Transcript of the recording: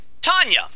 Tanya